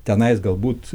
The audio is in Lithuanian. tenais galbūt